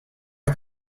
est